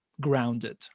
grounded